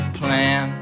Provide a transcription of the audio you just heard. plan